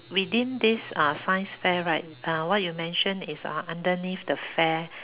within this uh science fair right uh what you mention is uh underneath the fair